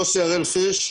יוסי הראל-פיש,